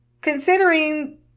Considering